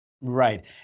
Right